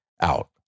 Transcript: out